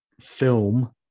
film